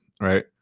right